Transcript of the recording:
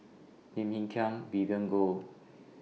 Lim Hng Kiang Vivien Goh